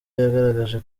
yagaragaje